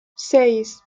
seis